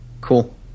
Cool